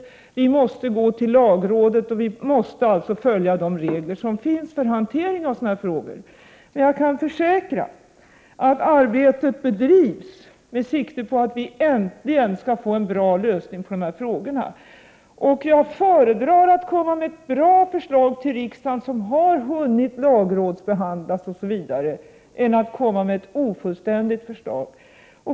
Dessutom måste vi gå till lagrådet. Vi måste alltså följa de regler som finns när det gäller hanteringen av sådana här frågor. Men jag kan försäkra att arbetet bedrivs med sikte på att vi äntligen skall få en bra lösning på de här problemen. Jag föredrar att till riksdagen komma med ett bra förslag som har hunnit lagrådsbehandlas osv. framför att komma med ett ofullständigt förslag.